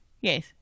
yes